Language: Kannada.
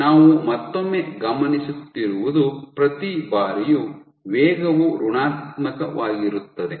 ನಾವು ಮತ್ತೊಮ್ಮೆ ಗಮನಿಸುತ್ತಿರುವುದು ಪ್ರತಿ ಬಾರಿಯೂ ವೇಗವು ಋಣಾತ್ಮಕವಾಗಿರುತ್ತದೆ